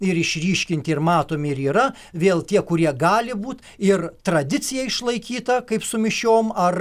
ir išryškinti ir matomi ir yra vėl tie kurie gali būt ir tradicija išlaikyta kaip su mišiom ar